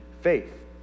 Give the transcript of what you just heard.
faith